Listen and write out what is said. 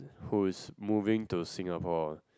who is moving to Singapore